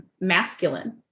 masculine